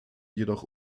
jedoch